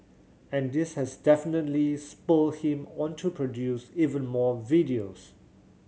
and this has definitely spurred him on to produce even more videos